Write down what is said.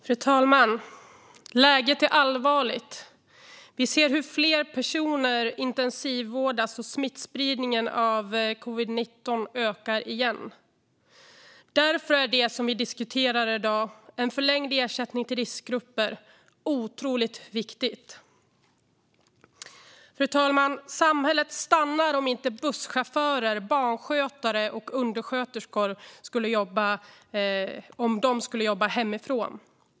Fru talman! Läget är allvarligt. Vi ser hur fler personer intensivvårdas och att smittspridningen av covid-19 ökar igen. Därför är det som vi diskuterar i dag, en förlängd ersättning till riskgrupper, otroligt viktigt. Fru talman! Samhället skulle stanna om busschaufförer, barnskötare och undersköterskor skulle jobba hemifrån.